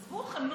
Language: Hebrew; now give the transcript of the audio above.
אז הוועדה